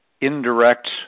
indirect